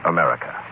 America